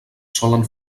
solen